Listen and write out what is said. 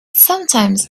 sometimes